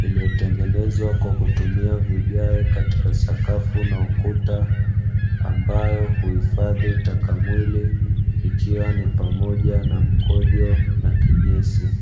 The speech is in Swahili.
imetengenezwa kwa kutumia vigae katika sakafu na ukuta, ambayo huifadhi takamwili, ikiwa ni pamoja na mkojo na kinyesi.